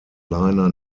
liner